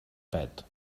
pet